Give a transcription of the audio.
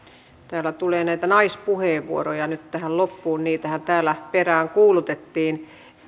täällä tulee näitä naispuheenvuoroja nyt tähän loppuun niitähän täällä peräänkuulutettiin